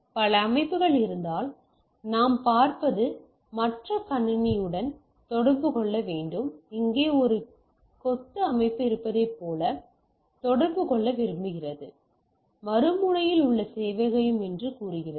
பல அமைப்புகள் இருந்தால் நாம் பார்ப்பது மற்ற கணினியுடன் தொடர்பு கொள்ள வேண்டும் இங்கே ஒரு கொத்து அமைப்பு இருப்பதைப் போல இது தொடர்பு கொள்ள விரும்புகிறது இது மறுமுனையில் உள்ள சேவையகம் என்று கூறுகிறது